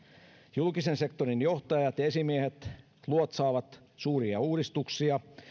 julkisen sektorin johtajat ja esimiehet luotsaavat suuria uudistuksia